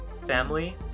family